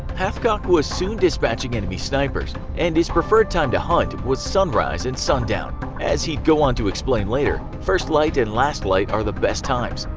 hathcock was soon dispatching enemy snipers, and his preferred time to hunt was sunrise and sun down. as he'd go on to explain later, first light and last light are the best times.